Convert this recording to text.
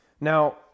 Now